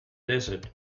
desert